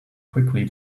quickly